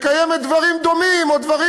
מקיימת דברים דומים או דברים,